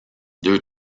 deux